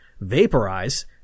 vaporize